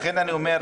לכן אני אומר,